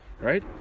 right